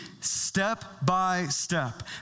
step-by-step